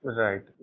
right